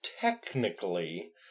Technically